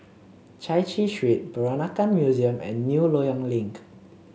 Chai Chee Street Peranakan Museum and New Loyang Link